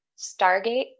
Stargate